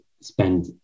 spend